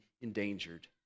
endangered